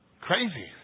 Crazy